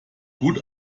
gut